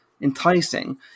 enticing